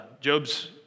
Job's